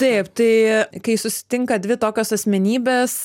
taip tai kai susitinka dvi tokios asmenybės